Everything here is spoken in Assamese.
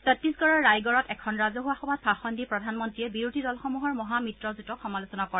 ছত্তিশগড়ৰ ৰায়গড়ত এখন ৰাজহুৱা সভাত ভাষণ দি প্ৰধানমন্ত্ৰীয়ে বিৰোধী দলসমূহৰ মহামিত্ৰজোঁটক সমালোচনা কৰে